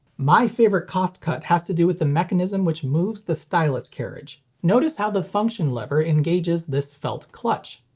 my favorite cost-cut has to do with the mechanism which moves the stylus carriage. notice how the function lever engages this felt clutch.